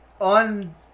on